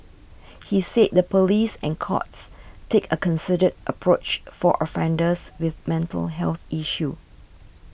he said the police and courts take a considered approach for offenders with mental health issues